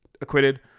acquitted